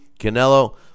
Canelo